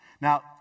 Now